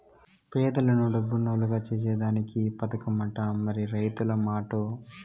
పేదలను డబ్బునోల్లుగ సేసేదానికే ఈ పదకమట, మరి రైతుల మాటో